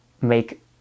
make